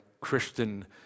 Christian